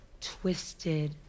twisted